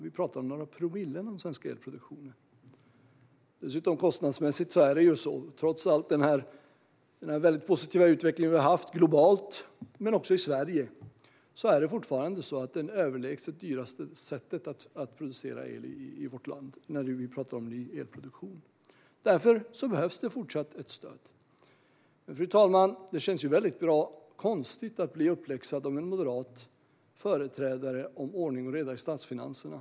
Vi pratar om några promille av den svenska elproduktionen. Trots den positiva utvecklingen globalt och även i Sverige är solceller det överlägset dyraste sättet att producera el i vårt land - alltså ny elproduktion. Därför behövs fortfarande ett stöd. Fru talman! Det känns bra konstigt att bli uppläxad av en moderat företrädare om ordning och reda i statsfinanserna.